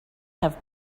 have